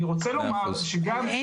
אני רוצה לומר --- הבנו.